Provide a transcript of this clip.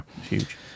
Huge